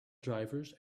drivers